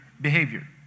behavior